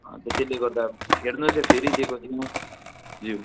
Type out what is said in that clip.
अन्त त्यसले गर्दा फेर्नु चाहिँ फेरिदिएको छु ज्यू